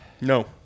No